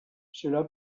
cela